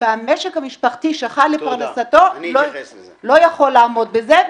והמשק המשפחתי שחי לפרנסתו לא יכול לעמוד בזה,